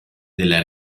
della